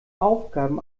aufgaben